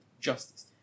justice